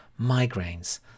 migraines